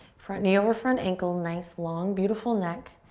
front knee over front ankle. nice, long, beautiful neck.